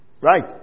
Right